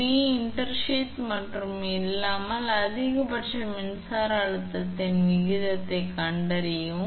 B intersheath மற்றும் இல்லாமல் அதிகபட்ச மின்சார அழுத்தத்தின் விகிதத்தைக் கண்டறியவும்